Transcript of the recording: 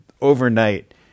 overnight